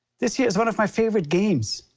this here is one of my favorite games,